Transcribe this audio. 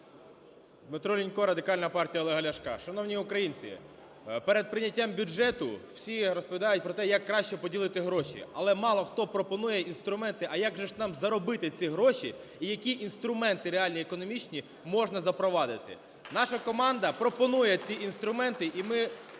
Дмитро Лінько, Радикальна партія Олега Ляшка. Шановні українці, перед прийняттям бюджету всі розповідають про те, як краще поділити гроші, але мало хто пропонує інструменти, а як же ж нам заробити ці гроші і які інструменти реальні економічні можна запровадити. Наша команда пропонує ці інструменти, і ми